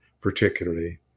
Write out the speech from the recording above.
particularly